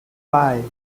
five